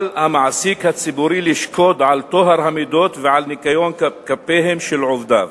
על המעסיק הציבורי לשקוד על טוהר המידות ועל ניקיון כפיהם של עובדיו.